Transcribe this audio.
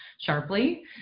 sharply